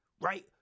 Right